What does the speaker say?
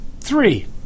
Three